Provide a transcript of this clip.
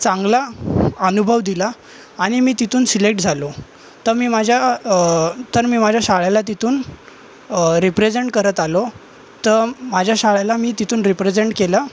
चांगलं अनुभव दिला आणि मी तिथून सिलेक्ट झालो तर मी माझ्या तर मी माझ्या शाळेला तिथून रिप्रेझेंट करत आलो तर माझ्या शाळेला मी तिथून रिप्रेझेंट केलं